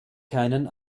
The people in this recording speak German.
keinen